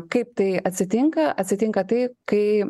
kaip tai atsitinka atsitinka tai kai